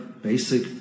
basic